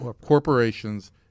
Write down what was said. corporations